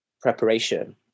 preparation